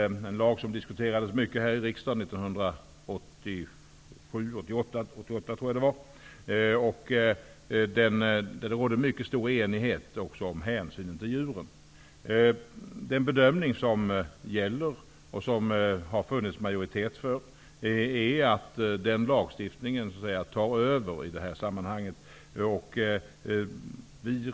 Det är en lag som diskuterades mycket här i riksdagen år 1988. Det rådde mycket stor enighet om att man skulle ta hänsyn till djuren. Den bedömning som gäller och som det har funnits majoritet för, är att den lagstiftningen tar över i det här sammanhanget.